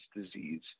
disease